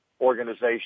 organization